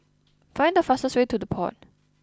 find the fastest way to The Pod